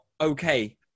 okay